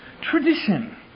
tradition